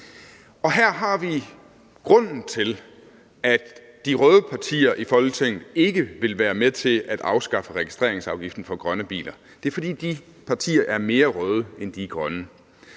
her har vi grunden til, at de røde partier i Folketinget ikke vil være med til at afskaffe registreringsafgiften på grønne biler: Det er, fordi de partier er mere røde, end de er grønne.